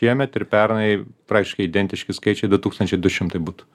šiemet ir pernai praktiškai identiški skaičiai du tūkstančiai du šimtai butų